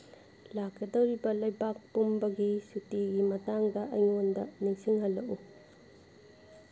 ꯂꯥꯛꯀꯗꯧꯔꯤꯕ ꯂꯩꯕꯥꯛ ꯄꯨꯝꯕꯒꯤ ꯁꯨꯇꯤꯒꯤ ꯃꯇꯥꯡꯗ ꯑꯩꯉꯣꯟꯗ ꯅꯤꯡꯁꯤꯡꯍꯜꯂꯛꯎ